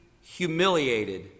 humiliated